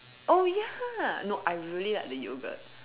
oh ya no I really liked the yogurt